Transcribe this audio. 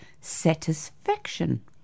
satisfaction